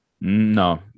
No